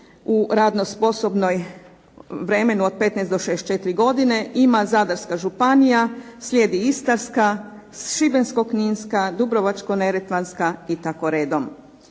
u radno sposobnom vremenu od 15 do 64 godine ima Zadarska županija, slijedi Istarska, Šibensko-kninska, Dubrovačko-neretvanska i tako redom.